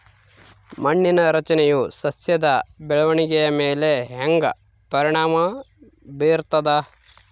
ಮಣ್ಣಿನ ರಚನೆಯು ಸಸ್ಯದ ಬೆಳವಣಿಗೆಯ ಮೇಲೆ ಹೆಂಗ ಪರಿಣಾಮ ಬೇರ್ತದ?